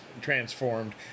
transformed